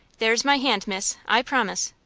there's my hand, miss i promise.